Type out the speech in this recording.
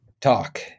talk